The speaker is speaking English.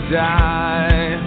die